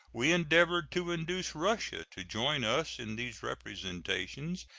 we endeavored to induce russia to join us in these representations.